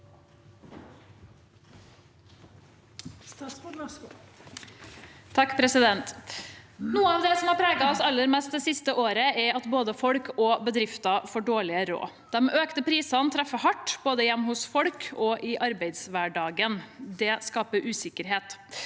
Noe av det som har preget oss aller mest det siste året, er at både folk og bedrifter får dårligere råd. De økte prisene treffer hardt, både hjemme hos folk og i arbeidshverdagen. Det skaper usikkerhet.